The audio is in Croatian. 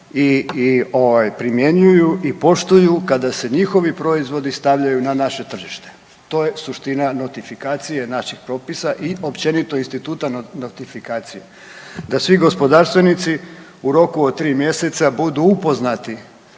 primjenjuju i poštuju kada se njihovi proizvodi stavljaju na naše tržište. To je suština notifikacije naših propisa i općenito instituta notifikacije da svi gospodarstvenici u roku od 3 mjeseca budu upoznati